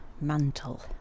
mantle